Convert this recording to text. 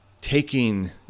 taking